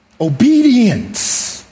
obedience